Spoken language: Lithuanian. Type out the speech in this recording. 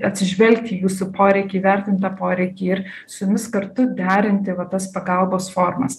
atsižvelgti į jūsų poreikį įvertint tą poreikį ir su jumis kartu derinti va tas pagalbos formas